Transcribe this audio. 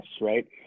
right